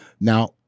Now